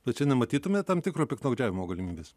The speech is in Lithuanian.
tai čia nematytumėt tam tikro piktnaudžiavimo galimybės